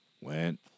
went